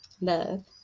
love